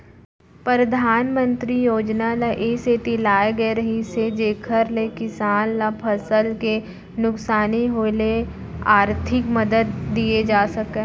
परधानमंतरी योजना ल ए सेती लाए गए रहिस हे जेकर ले किसान ल फसल के नुकसानी होय ले आरथिक मदद दिये जा सकय